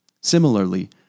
Similarly